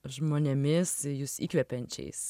žmonėmis jus įkvepiančiais